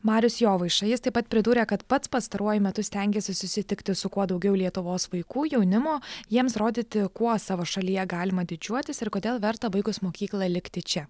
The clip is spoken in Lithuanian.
marius jovaiša jis taip pat pridūrė kad pats pastaruoju metu stengiasi susitikti su kuo daugiau lietuvos vaikų jaunimo jiems rodyti kuo savo šalyje galima didžiuotis ir kodėl verta baigus mokyklą likti čia